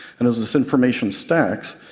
and as this information stacks,